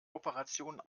operation